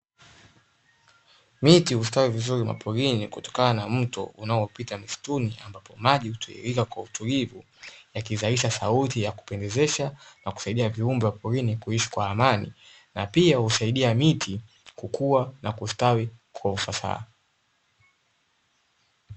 Miti hustawi vizuri maporini kutokana na mto unaopita mstimu ambapo maji hutiririka kwa utulivu yakizalisha sauti ya kupendezesha na kusaidia viumbe porini kuishi kwa amani. Na pia husaidia miti kukua na kustadi kwa ufasaha.